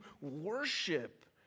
worship